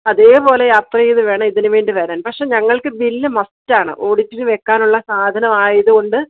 അതേ പോലെ യാത്ര ചെയ്തു വേണം ഇതിനുവേണ്ടി വരാന് പക്ഷെ ഞങ്ങള്ക്കു ബില്ല് മസ്റ്റ് ആണ് ഓഡിറ്റിനു വെക്കാനുള്ള സാധനമായത് കൊണ്ട്